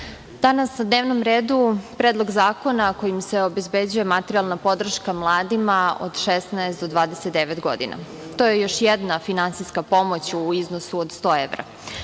danas na dnevnom redu je predlog zakona kojim se obezbeđuje materijalna podrška mladima od 16 do 29 godina. To je još jedna finansijska pomoć u iznosu od 100 evra.